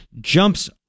jumps